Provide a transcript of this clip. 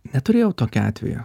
neturėjau tokio atvejo